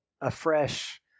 afresh